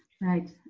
Right